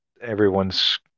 everyone's